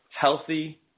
Healthy